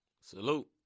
Salute